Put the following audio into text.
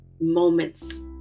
moments